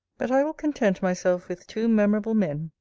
but i will content myself with two memorable men,